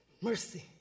Mercy